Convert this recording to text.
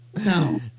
No